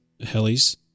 helis